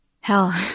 hell